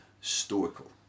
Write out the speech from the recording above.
stoical